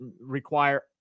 require